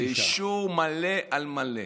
באישור מלא על מלא.